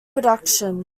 production